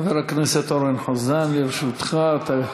חבר הכנסת אורן חזן, לזכותך.